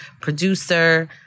producer